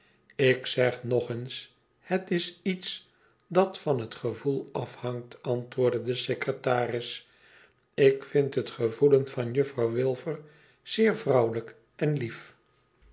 lik zeg nog eens het is iets dat van het gevoel afhangt antwoordde de secretaris ik vmd het gevoelen van juffrouw wilfer zeer vrouwelijk en lief